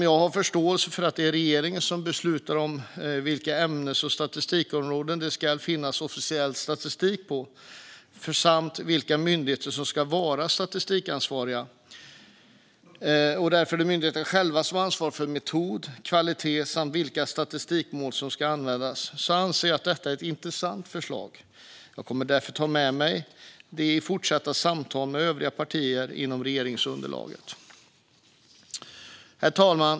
Jag har förståelse för att det är regeringen som beslutar om vilka ämnes och statistikområden det ska finnas officiell statistik för samt vilka myndigheter som ska vara statistikansvariga. Därefter är det myndigheterna själva som ansvarar för metod och kvalitet samt för vilka statistiska mått som ska användas. Jag anser ändå att detta är ett intressant förslag, och jag kommer därför att ta med mig det i fortsatta samtal med övriga partier inom regeringsunderlaget. Herr talman!